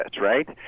right